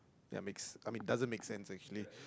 ya makes I mean doesn't make sense actually